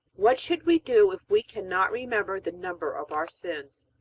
what should we do if we cannot remember the number of our sins?